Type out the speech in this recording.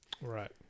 Right